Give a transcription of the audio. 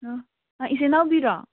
ꯏꯆꯦ ꯅꯥꯎꯕꯤꯔꯣ